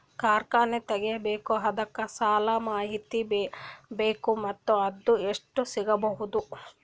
ಕಾರ್ಖಾನೆ ತಗಿಬೇಕು ಅದಕ್ಕ ಸಾಲಾದ ಮಾಹಿತಿ ಬೇಕು ಮತ್ತ ಅದು ಎಷ್ಟು ಸಿಗಬಹುದು?